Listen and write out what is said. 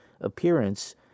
appearance